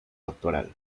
doctoral